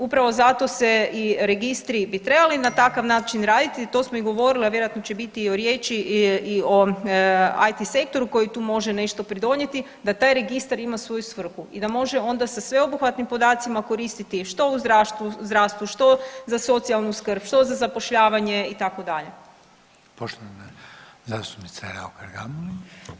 Upravo zato se i registri bi trebali na takav način raditi, to smo i govorili, a vjerojatno će biti riječi i o IT sektoru koji tu može nešto pridonijeti da taj registar ima svoju svrhu i da može onda sa sveobuhvatnim podacima koristiti što u zdravstvu, što za socijalnu skrb, što za zapošljavanje itd.